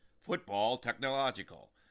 Football-technological